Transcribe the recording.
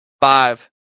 five